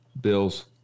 Bills